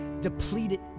depleted